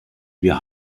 wir